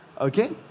Okay